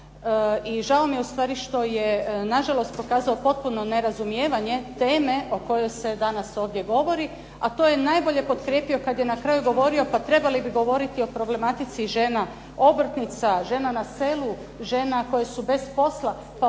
i žao mi je ustvari što je na žalost pokazao potpuno nerazumijevanje teme o kojoj se danas govori, a to je najbolje potkrijepio kada je na kraju govorio pa trebali bi govoriti o problematici žena obrtnica, žena na selu, žena koje su bez posla pa o